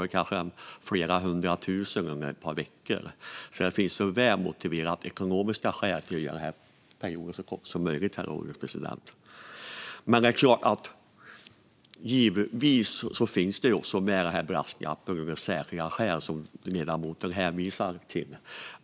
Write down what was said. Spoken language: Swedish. Vi kan tala om flera hundra tusen under ett par veckor. Det finns väl motiverade ekonomiska skäl till att göra perioden så kort som möjligt. Givetvis finns brasklappen särskilda skäl med, som ledamoten hänvisar till.